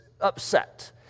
upset